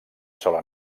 sola